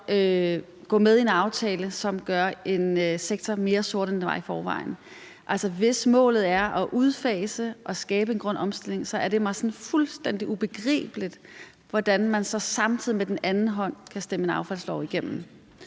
så gå med i en aftale, som gør en sektor mere sort, end den var i forvejen? Altså, hvis målet er at udfase og skabe en grøn omstilling, er det mig fuldstændig ubegribeligt, at man så samtidig med den anden hånd kan stemme en affaldslov igennem